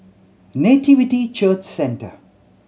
Nativity Church Centre